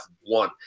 one